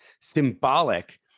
symbolic